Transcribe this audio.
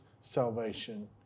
salvation